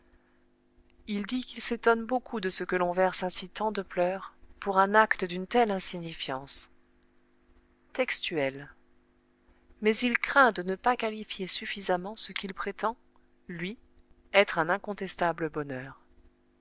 il dit qu'il s'étonne beaucoup de ce que l'on verse ainsi tant de pleurs pour un acte d'une telle insignifiance textuel mais il craint de ne pas qualifier suffisamment ce qu'il prétend lui être un incontestable bonheur